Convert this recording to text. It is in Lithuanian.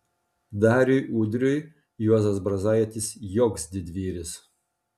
dariui udriui juozas brazaitis joks didvyris